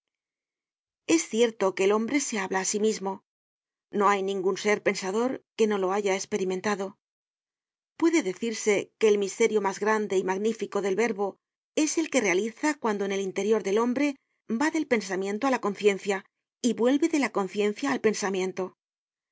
es cierto que el hombre se habla á sí mismo no hay ningun ser pensador que no lo haya esperimentado puede decirse que el misterio mas grande y magnífico del verbo es el que realiza cuando en el interior del hombre va del pensamiento á la conciencia y vuelve de la conciencia al pensamiento